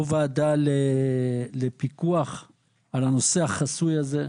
או ועדה לפיקוח על הנושא החסוי הזה.